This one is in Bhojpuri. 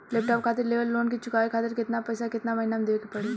लैपटाप खातिर लेवल लोन के चुकावे खातिर केतना पैसा केतना महिना मे देवे के पड़ी?